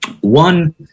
One